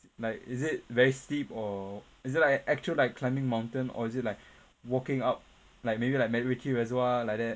like is it very steep or is it like actual like climbing mountain or is it like walking up like maybe like macritchie reservoir like that